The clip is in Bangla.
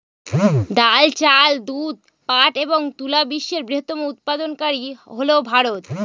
ডাল, চাল, দুধ, পাট এবং তুলা বিশ্বের বৃহত্তম উৎপাদনকারী হল ভারত